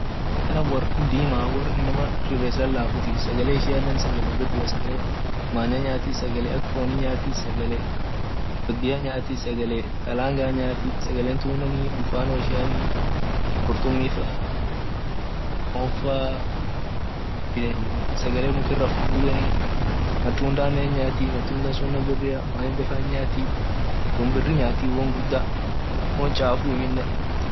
China wor dima wor inama rifes lalafu sagale ishiane biri sagale manya nyati sagale akfoni yate sagale wodia nyati kalanga faa sagale tunne mfano ishia kurtumi faa fon faa sagale mukira fudenu matunda hinyati maembe faa won biri nyati won chafu amine.